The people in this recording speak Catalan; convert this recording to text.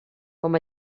com